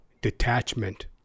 detachment